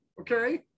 okay